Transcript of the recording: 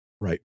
Right